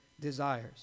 desires